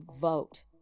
vote